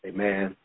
Amen